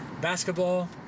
basketball